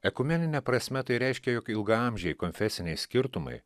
ekumenine prasme tai reiškia jog ilgaamžiai konfesiniai skirtumai